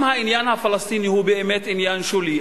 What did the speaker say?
אם העניין הפלסטיני הוא באמת עניין שולי,